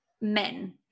men